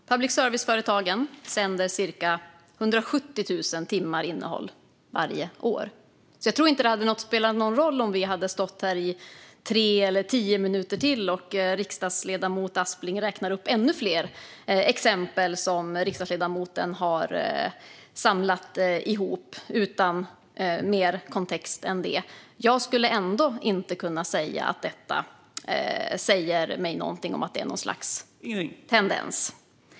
Fru talman! Public service-företagen sänder ca 170 000 timmar innehåll varje år. Jag tror inte att det hade spelat någon roll om vi hade stått här i tre eller tio minuter till och riksdagsledamoten Aspling hade räknat upp ännu fler exempel som riksdagsledamoten samlat ihop utan mer kontext än det. Jag skulle ändå inte ha kunnat säga att detta säger mig något om att det finns något slags tendens.